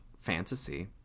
fantasy